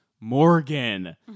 Morgan